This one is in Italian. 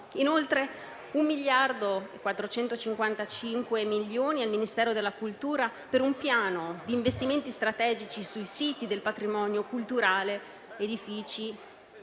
inoltre, 1.455 milioni per il Ministero della cultura per un piano di investimenti strategici sui siti del patrimonio culturale, edifici